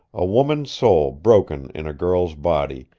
a woman's soul broken in a girl's body,